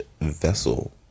vessel